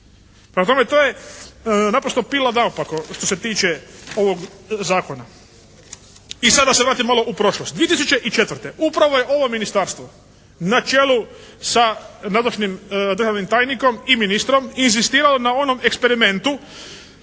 Prema tome, to je naprosto pila naopako što se tiče ovog zakona. I sad da se vratim malo u prošlost. 2004. upravo je ovo ministarstvo na čelu sa nadošlim državnim tajnikom i ministrom inzistiralo na onom eksperimentu